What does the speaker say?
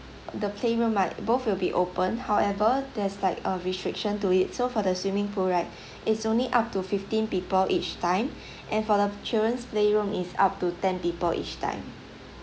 the playroom right both will be open however there's like a restriction to it so for the swimming pool right it's only up to fifteen people each time and for the children's playroom is up to ten people each time